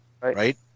Right